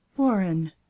Warren